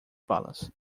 balas